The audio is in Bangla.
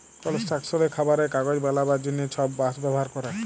কলস্ট্রাকশলে, খাবারে, কাগজ বালাবার জ্যনহে ছব বাঁশ ব্যাভার ক্যরে